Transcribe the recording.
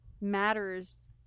matters